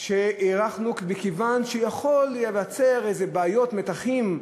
הארכנו מכיוון שיכולים להיווצר בעיות ומתחים,